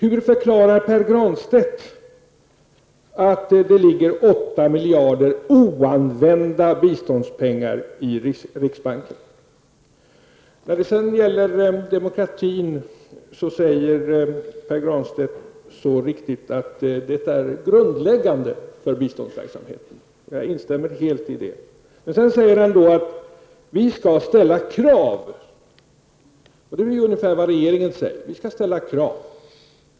Hur förklarar Pär Granstedt att det ligger 8 miljarder kronor oanvända biståndspengar i riksbanken? Pär Granstedt sade att förutsättningarna för demokrati är grundläggande för biståndsverksamheten. Jag instämmer helt i detta. Vidare sade han att vi skall ställa krav och det är ungefär vad regeringen säger.